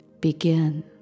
Begin